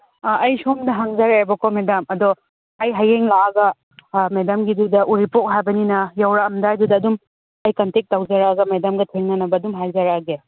ꯑꯩ ꯁꯣꯝꯗ ꯍꯪꯖꯔꯦꯕꯀꯣ ꯃꯦꯗꯥꯝ ꯑꯗꯣ ꯑꯩ ꯍꯌꯦꯡ ꯂꯥꯛꯑꯒ ꯃꯦꯗꯥꯝꯒꯤꯗꯨꯗ ꯎꯔꯤꯄꯣꯛ ꯍꯥꯏꯕꯅꯤꯅ ꯌꯧꯔꯛꯑꯝꯗꯥꯏꯗꯨꯗ ꯑꯗꯨꯝ ꯑꯩ ꯀꯟꯇꯦꯛ ꯇꯧꯖꯔꯛꯑꯒ ꯃꯦꯗꯥꯝꯒ ꯊꯦꯡꯅꯅꯕ ꯑꯗꯨꯝ ꯍꯥꯏꯖꯔꯛꯑꯒꯦ